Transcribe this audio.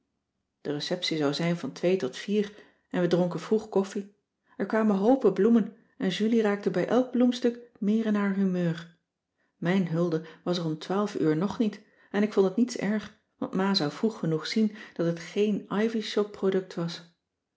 de receptie zou zijn van twee tot vier en we dronken vroeg koffie er kwamen hoopen bloemen en julie raakte bij elk bloemstuk meer in haar humeur mijn hulde was er om twaalf uur nog niet en ik vond het niets erg want ma zou vroeg genoeg zien dat het geen ivy shop product was